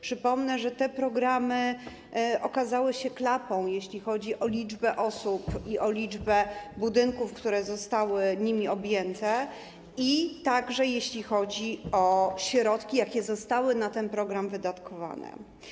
Przypomnę, że te programy okazały się klapą, jeśli chodzi o liczbę osób i liczbę budynków, które zostały nimi objęte, a także jeśli chodzi o środki, jakie zostały na nie wydatkowane.